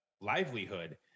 livelihood